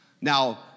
Now